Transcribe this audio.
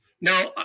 Now